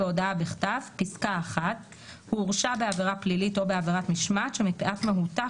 בהודעה בכתב: (1)הוא הורשע בעבירה פלילית או בעבירת משמעת שמפאת מהותה,